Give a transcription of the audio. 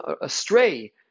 astray